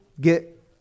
get